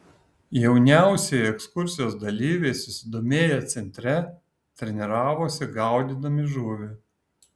jauniausieji ekskursijos dalyviai susidomėję centre treniravosi gaudydami žuvį